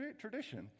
tradition